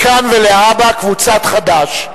מכאן ולהבא קבוצת סיעת חד"ש.